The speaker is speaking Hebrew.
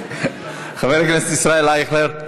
חבר הכנסת ישראל אייכלר,